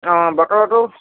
অঁ বতৰটো